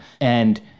and-